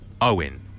Owen